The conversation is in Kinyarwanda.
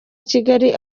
kigali